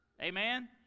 Amen